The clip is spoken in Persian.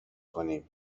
کنیم